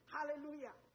Hallelujah